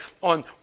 on